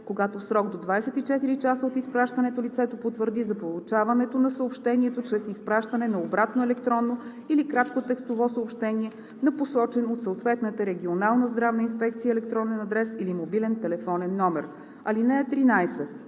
когато в срок до 24 часа от изпращането лицето потвърди за получаването на съобщението чрез изпращане на обратно електронно или кратко текстово съобщение на посочен от съответната регионална здравна инспекция електронен адрес или мобилен телефонен номер. (13)